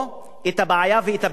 או את הבעיה ואת הפתרון.